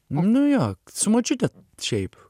na nu jo su močiute šiaip